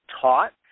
taught